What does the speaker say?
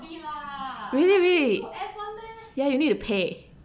really really ya you need to pay